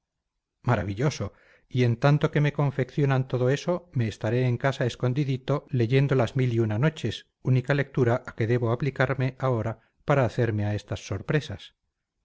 maravilloso y en tanto que me confeccionan todo eso me estaré en casa escondidito leyendo las mil y una noches única lectura a que debo aplicarme ahora para hacerme a estas sorpresas